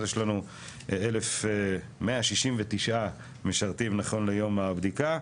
אז יש לנו 1,169 משרתים נכון ליום הבדיקה.